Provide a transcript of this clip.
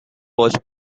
was